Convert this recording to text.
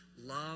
Love